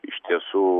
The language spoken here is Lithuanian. iš tiesų